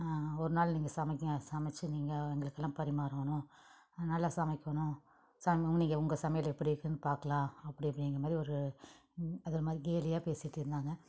ஒரு நாள் நீங்கள் சமைங்க சமைச்சி நீங்கள் எங்களுக்கு எல்லாம் பரிமாறனும் நல்லா சமைக்கணும் சம் நீங்கள் உங்கள் சமையல் எப்படி இருக்குனு பார்க்குலாம் அப்படி இப்படிங்குற மாதிரி ஒரு அது ஒரு மாதிரி கேலியாக பேசிட்டு இருந்தாங்க